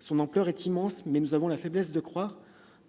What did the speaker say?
Son ampleur est immense, mais nous avons la faiblesse de croire que,